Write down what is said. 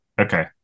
Okay